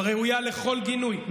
הראויה לכל גינוי,